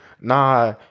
nah